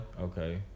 Okay